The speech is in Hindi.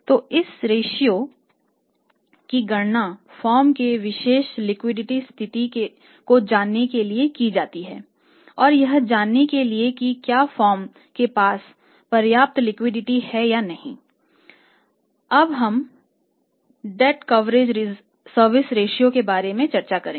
तो इस रेश्यो में है